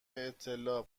اطلاع